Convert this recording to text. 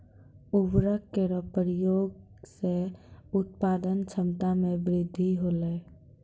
उर्वरक केरो प्रयोग सें उत्पादन क्षमता मे वृद्धि होलय